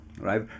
Right